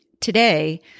Today